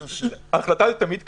ההחלטה תמיד קלה.